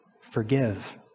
forgive